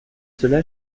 cela